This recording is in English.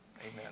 Amen